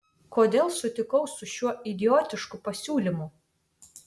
kodėl sutikau su šiuo idiotišku pasiūlymu